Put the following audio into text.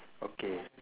okay